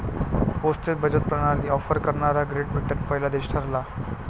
postage बचत प्रणाली offer करणारा ग्रेट ब्रिटन पहिला देश ठरला